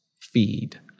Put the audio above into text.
Feed